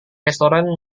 restoran